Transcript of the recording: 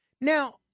Now